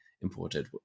imported